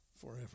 forever